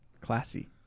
classy